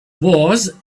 was